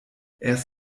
erst